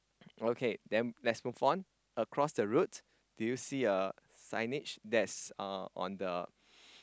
okay then let's move on across the road do you see a signage that's uh on the